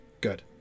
Good